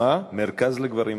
מרכז לגברים מכים.